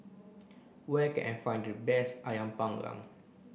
where can I find the best Ayam panggang